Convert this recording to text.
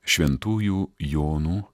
šventųjų jonų